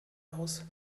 aus